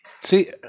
See